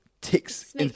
ticks